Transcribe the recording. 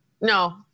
No